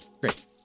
Great